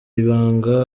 ibanga